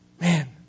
Man